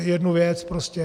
Jednu věc prostě.